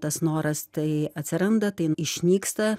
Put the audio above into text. tas noras tai atsiranda tai n išnyksta